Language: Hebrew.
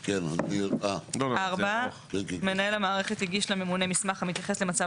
(2)"; מנהל המערכת הגיש לממונה מסמך המתייחס למצב